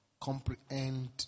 comprehend